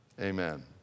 Amen